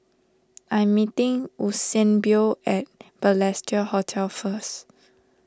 I'm meeting Eusebio at Balestier Hotel first